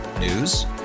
News